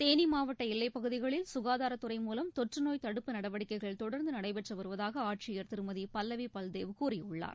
தேனிமாவட்டஎல்லைப் பகுதிகளில் சுகாதாரத் துறை மூலம் தொற்றுநோய் தடுப்பு நடவடிக்கைகள் தொடர்ந்துநடைபெற்றுவருவதாகஆட்சியர் திருமதிபல்லவிபல்தேவ் கூறியுள்ளார்